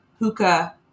hookah